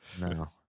No